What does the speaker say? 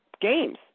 games